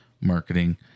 marketing